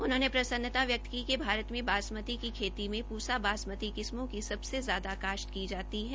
उन्होंने प्रसन्नता व्यक्त की कि भारत में बासमती की खेती में पुसा बासमती किस्मों की सबसे ज्यादा काश्त की जाती है